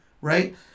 right